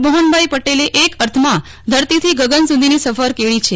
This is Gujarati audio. મોફનભાઈ પટેલે એક અર્થમાં ધરતી ગગન સુધીની સફર ખેડી છે